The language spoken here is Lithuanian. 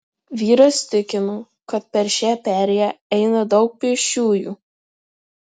vyras tikino kad per šią perėją eina daug pėsčiųjų